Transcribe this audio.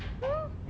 hmm